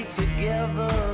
together